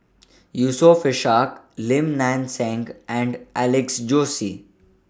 Yusof Ishak Lim Nang Seng and Alex Josey